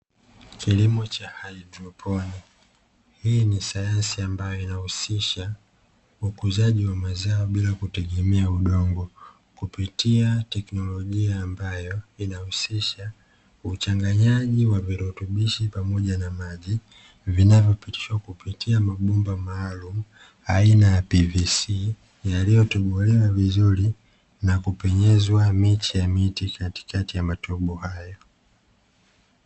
Kilimo cha haidroponi, hii ni sayansi ambayo inahusisha ukuzaji wa mazao bila kutegemea udongo, kupitia teknolojia ambayo inahusisha uchanganyaji wa virutubishi pamoja na maji, vinavyopitishwa kupitia mabomba maalumu, aina ya pvc yaliyotobolewa vizuri, na kupenyezwa miche ya miti katikati ya matobo hayo.